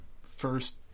first